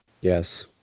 Yes